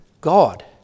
God